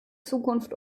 zukunft